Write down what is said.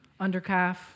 undercalf